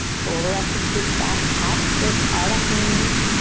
pull the left hip crease back, half splits, ardha hanuman.